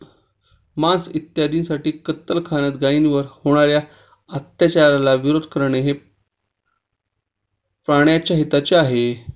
मांस इत्यादींसाठी कत्तलखान्यात गायींवर होणार्या अत्याचाराला विरोध करणे हे प्राण्याच्या हिताचे आहे